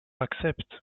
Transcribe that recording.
accepte